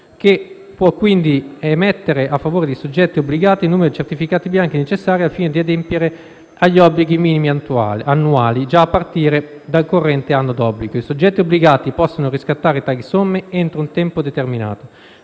che può quindi emettere a favore dei soggetti obbligati il numero di certificati bianchi necessari al fine di adempiere agli obblighi minimi annuali già a partire dal corrente anno d'obbligo. I soggetti obbligati possono riscattare tali somme entro un tempo determinato,